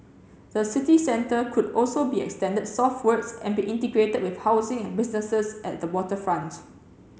the city centre could also be extended southwards and be integrated with housing and businesses at the waterfront